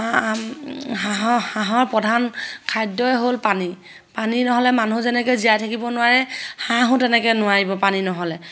হাঁ হাঁহৰ হাঁহৰ প্ৰধান খাদ্যই হ'ল পানী পানী নহ'লে মানুহ যেনেকৈ জীয়াই থাকিব নোৱাৰে হাঁহো তেনেকৈ নোৱাৰিব পানী নহ'লে